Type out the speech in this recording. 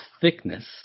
thickness